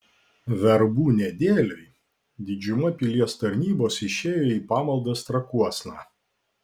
verbų nedėlioj didžiuma pilies tarnybos išėjo į pamaldas trakuosna